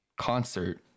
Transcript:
concert